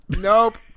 Nope